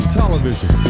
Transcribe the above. television